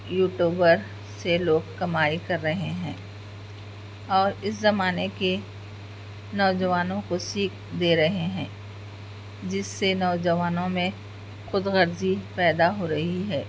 you tuber سے لوگ کمائی کر رہے ہیں اور اس زمانے کے نوجوانوں کو سیکھ دے رہے ہیں جس سے نوجوانوں میں خود غرضی پیدا ہو رہی ہے